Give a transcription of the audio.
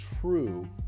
true